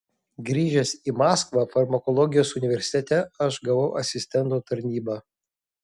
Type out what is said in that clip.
grįžęs į maskvą farmakologijos universitete aš gavau asistento tarnybą